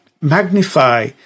magnify